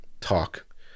talk